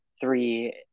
three